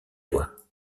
loire